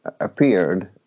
appeared